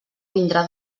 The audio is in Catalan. vindrà